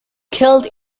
killed